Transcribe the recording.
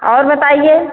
और बताइए